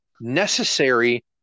Necessary